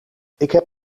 heb